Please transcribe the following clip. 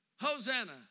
Hosanna